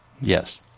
Yes